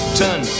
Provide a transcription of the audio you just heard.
turn